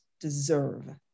deserve